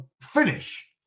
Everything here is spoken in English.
Finish